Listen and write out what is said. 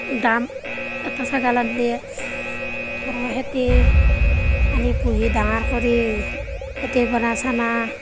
দাম এটা ছাগাল আনিলে আৰু এহেতি আমি পুহি ডাঙৰ কৰি এতেপৰা ছানা